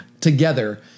together